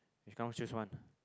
you come choose one